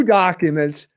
documents